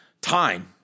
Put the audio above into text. time